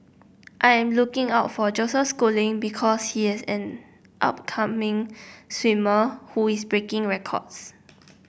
I am looking out for Joseph Schooling because he is an upcoming swimmer who is breaking records